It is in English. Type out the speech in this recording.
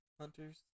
hunters